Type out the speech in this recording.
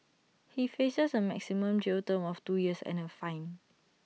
he faces A maximum jail term of two years and A fine